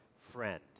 friend